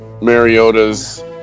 Mariota's